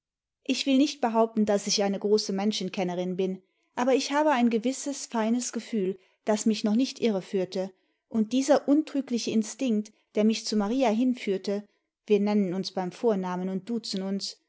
ich will nicht behaupten daß ich eine große menschenkennerin bin aber ich habe ein gewisses feines gefühl das mich noch nicht irreführte und dieser untrügliche instinkt der mich zu maria hinführte wir nennen ims beim vornamen und duzen